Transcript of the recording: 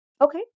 Okay